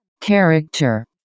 character